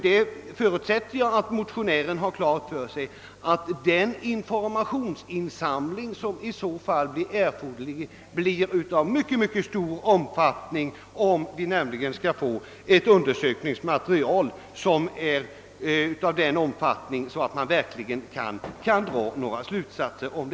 Jag förutsätter att motionären har klart för sig att en sådan informationsinsamling skulle bli av mycket stor omfattning, om den skall ge ett undersökningsmaterial, varav man verkligen kan dra några slutsatser.